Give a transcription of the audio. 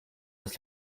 das